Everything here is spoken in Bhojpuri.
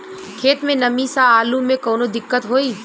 खेत मे नमी स आलू मे कऊनो दिक्कत होई?